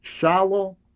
Shallow